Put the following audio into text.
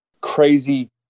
crazy